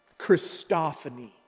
Christophany